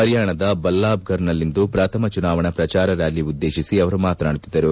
ಪರಿಯಾಣದ ಬಲ್ಲಾಬ್ ಗರ್ ನಲ್ಲಿಂದು ಪ್ರಥಮ ಚುನಾವಣಾ ಪ್ರಜಾರ ರ್ಕಾಲಿ ಉದ್ದೇಶಿಸಿ ಅವರು ಮಾತನಾಡುತ್ತಿದ್ದರು